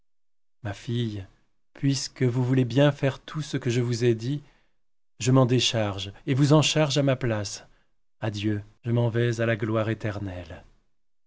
ma fille puisque vous voulez bien faire tout ce que je vous ai dit je m'en décharge et vous en charge à ma place adieu je m'en vais à la gloire éternelle